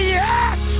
yes